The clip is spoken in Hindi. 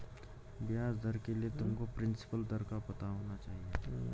ब्याज दर के लिए तुमको प्रिंसिपल दर का पता होना चाहिए